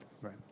Right